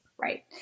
Right